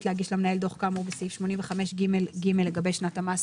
להגיש למנהל דוח כאמור בסעיף 85ג(ג) לגבי שנת המס